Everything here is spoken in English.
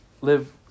live